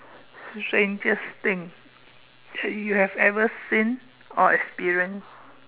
strangest thing you have ever seen or experience